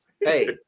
Hey